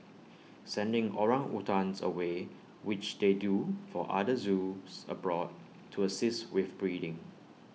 sending orangutans away which they do for other zoos abroad to assist with breeding